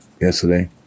yesterday